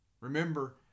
Remember